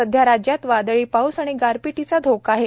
सध्या राज्यात वादळी पाऊस व गारपिटीचा धोका आहे